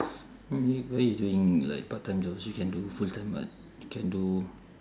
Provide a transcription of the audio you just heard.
I mean why you doing like part time jobs you can do full time [what] can do